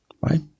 right